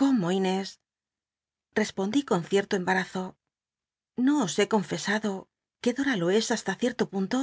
cómo nés respondí con cierto embarazo no os he confesado que dora lo es hasta cierto punto